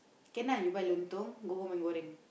can lah you buy then lontong go home and goreng